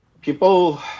people